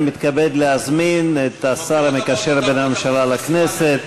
אני מתכבד להזמין את השר המקשר בין הממשלה לכנסת,